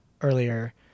earlier